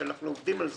שאנחנו עובדים על זה,